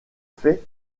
faits